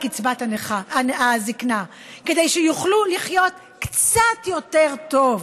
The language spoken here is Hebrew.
קצבת הזקנה כדי שיוכלו לחיות קצת יותר טוב.